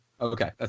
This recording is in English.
Okay